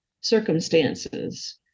circumstances